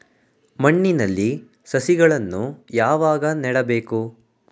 ಮಣ್ಣಿನಲ್ಲಿ ಸಸಿಗಳನ್ನು ಯಾವಾಗ ನೆಡಬೇಕು?